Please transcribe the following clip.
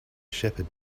shepherd